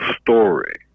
story